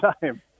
time